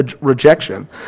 rejection